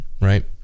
right